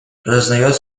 признает